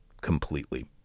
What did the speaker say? completely